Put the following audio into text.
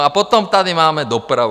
A potom tady máme dopravu.